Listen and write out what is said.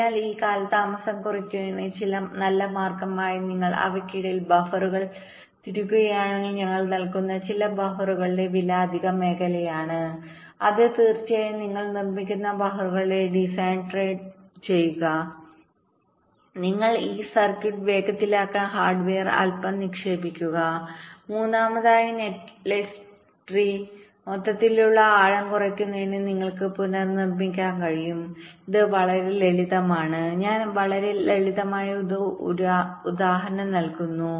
അതിനാൽ ഈ കാലതാമസം കുറയ്ക്കുന്നതിനുള്ള ഒരു നല്ല മാർഗ്ഗമായി നിങ്ങൾ അവയ്ക്കിടയിൽ ബഫറുകൾ തിരുകുകയാണെങ്കിൽ ഞങ്ങൾ നൽകുന്ന വില ബഫറുകളുടെ ചില അധിക മേഖലയാണ് ഇത് തീർച്ചയായും നിങ്ങൾ നിർമ്മിക്കുന്ന ഞങ്ങളുടെ ഡിസൈൻ ട്രേഡ് ട്രേഡ് ചെയ്യുക നിങ്ങൾ ഈ സർക്യൂട്ട് വേഗത്തിലാക്കാൻ ഹാർഡ്വെയർ അൽപ്പം നിക്ഷേപിക്കുക മൂന്നാമതായി നെറ്റ്ലിസ്റ്റ് ട്രീമൊത്തത്തിലുള്ള ആഴം കുറയ്ക്കുന്നതിന് നിങ്ങൾക്ക് പുനർനിർമ്മിക്കാൻ കഴിയും ഇത് വളരെ ലളിതമാണ് ഞാൻ വളരെ ലളിതമായ ഒരു ഉദാഹരണം നൽകുന്നു